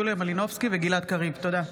יוליה מלינובסקי וגלעד קריב בנושא: